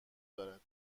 دارد